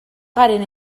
garen